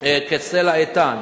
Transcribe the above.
כסלע איתן